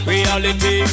Reality